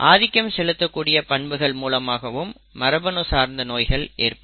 ஆதிக்கம் செலுத்தக்கூடிய பண்புகள் மூலமாகவும் மரபணு சார்ந்த நோய்கள் ஏற்படும்